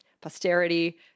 posterity